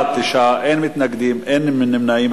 תשעה בעד, אין מתנגדים, אין נמנעים.